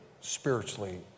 spiritually